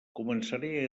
començaré